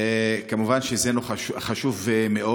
כמובן שזה נושא חשוב מאוד,